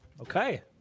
Okay